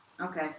Okay